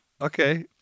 Okay